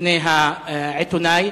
בפני העיתונאי,